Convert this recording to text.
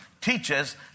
teaches